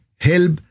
help